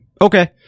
Okay